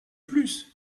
plus